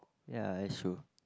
ya that's true